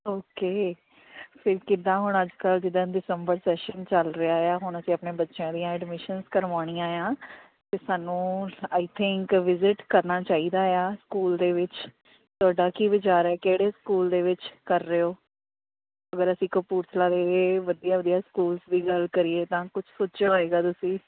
okay ਫਿਰ ਕਿੱਦਾਂ ਹੁਣ ਅੱਜ ਕੱਲ੍ਹ ਜਿਦਾਂ ਦਿਸੰਬਰ ਸੈਸ਼ਨ ਚੱਲ ਰਿਹਾ ਆ ਹੁਣ ਅਸੀਂ ਆਪਣੇ ਬੱਚਿਆਂ ਦੀਆਂ ਐਡਮਿਸ਼ਨ ਕਰਵਾਉਣੀਆਂ ਆ ਅਤੇ ਸਾਨੂੰ ਆਈ ਥਿੰਕ ਵਿਜਿਟ ਕਰਨਾ ਚਾਹੀਦਾ ਆ ਸਕੂਲ ਦੇ ਵਿੱਚ ਤੁਹਾਡਾ ਕੀ ਵਿਚਾਰ ਆ ਕਿਹੜੇ ਸਕੂਲ ਦੇ ਵਿੱਚ ਕਰ ਰਹੇ ਹੋ ਇੱਕ ਵਾਰ ਅਸੀਂ ਕਪੂਰਥਲਾ ਦੇ ਵਧੀਆ ਵਧੀਆ ਸਕੂਲਸ ਦੀ ਗੱਲ ਕਰੀਏ ਤਾਂ ਤੁਸੀਂ